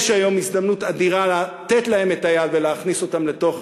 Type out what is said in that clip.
יש היום הזדמנות אדירה לתת להם את היד ולהכניס אותם לתוך